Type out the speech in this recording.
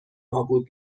نابود